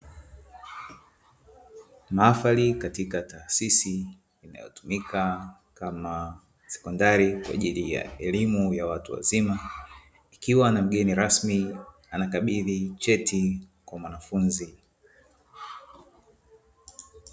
Mahafali katika taasisi inayotumika kama sekondari kwa ajili ya elimu ya watu wazima, ikiwa na mgeni rasmi anakabidhi cheti kwa mwanafunzi.